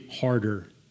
harder